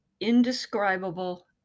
indescribable